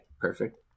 perfect